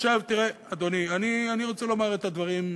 עכשיו, תראה, אדוני, אני רוצה לומר את הדברים,